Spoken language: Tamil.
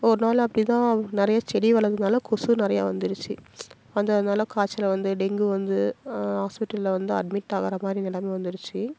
ஒர்நாள் அப்படிதான் நிறையா செடி வளர்ந்ததுனால கொசு நிறையா வந்துருச்சு அந்த அதனால் காய்ச்சல் வந்து டெங்கு வந்து ஹாஸ்பிட்டலில் வந்து அட்மிட் ஆகிற மாறி நிலம வந்துருச்சு